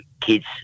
kids